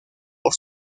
por